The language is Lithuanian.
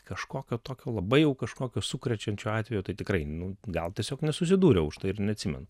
kažkokio tokio labai jau kažkokio sukrečiančio atvejo tai tikrai nu gal tiesiog nesusidūriau užtai ir neatsimenu